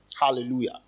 Hallelujah